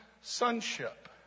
sonship